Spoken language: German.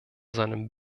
seinem